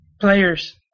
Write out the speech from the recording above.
players